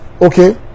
Okay